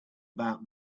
about